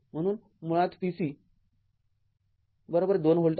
म्हणून मुळात v C २ volt आहे